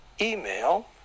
email